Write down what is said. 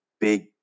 big